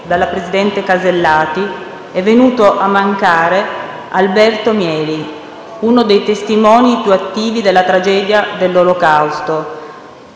dal presidente Casellati, è venuto a mancare Alberto Mieli, uno dei testimoni più attivi della tragedia dell'Olocausto.